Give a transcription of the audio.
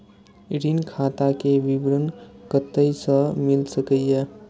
ऋण खाता के विवरण कते से मिल सकै ये?